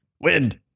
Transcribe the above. Wind